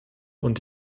und